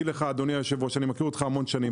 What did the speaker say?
אדוני היושב-ראש, אני מכיר אותך הרבה שנים.